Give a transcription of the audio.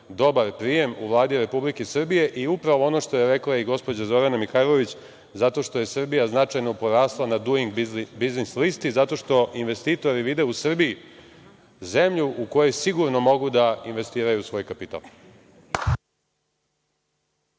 dobar prijem u Vladi Republike Srbije i upravo ono što je rekla gospođa Zorana Mihajlović, zato što je Srbija značajno porasla na duing biznis listi, zato što investitori vide u Srbiji zemlju u kojoj sigurno mogu da investiraju svoj kapital.